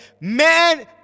Man